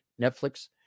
Netflix